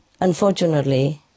unfortunately